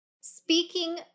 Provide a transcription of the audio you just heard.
speaking